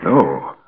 No